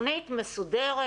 תוכנית מסודרת,